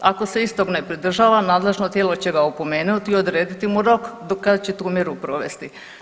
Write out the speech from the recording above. Ako se istog ne pridržava nadležno tijelo će ga opomenuti i odrediti mu rok do kada će tu mjeru provesti.